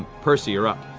percy, you're up.